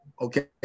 okay